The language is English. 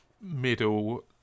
middle